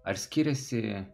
ar skiriasi